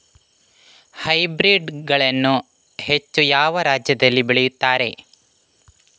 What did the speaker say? Hybrid ಗಳನ್ನು ಹೆಚ್ಚು ಯಾವ ರಾಜ್ಯದಲ್ಲಿ ಬೆಳೆಯುತ್ತಾರೆ?